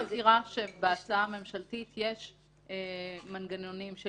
אני רק מזכירה שבהצעה הממשלתית יש מנגנונים של